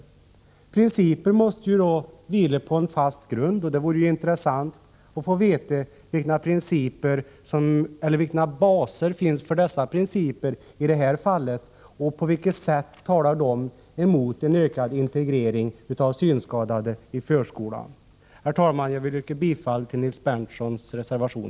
Dessa principer måste ju då vila på en fast grund, och det vore intressant att få veta vilken bas som finns för principen i detta fall. På vilket sätt talar detta emot en ökad integrering av synskadade i förskolan? Herr talman! Jag vill yrka bifall till Nils Berndtsons reservation.